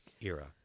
era